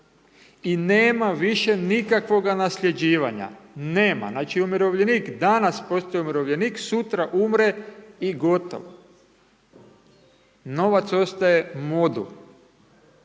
I nema više nikakvoga nasljeđivanja, nema, znači umirovljenik danas postaje umirovljenik, sutra umre i gotovo. Novac ostaje modul.